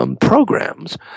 programs